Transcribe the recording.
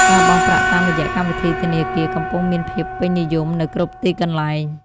ការបង់ប្រាក់តាមរយៈកម្មវិធីធនាគារ កំពុងមានភាពពេញនិយមនៅគ្រប់ទីកន្លែង។